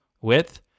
width